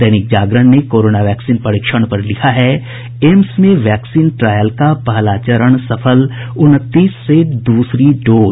दैनिक जागरण ने corona vaccine परीक्षण पर लिखा है एम्स में वैक्सीन ट्रायल का पहला चरण सफल उनतीस से दूसरी डोज